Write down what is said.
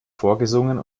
vorgesungen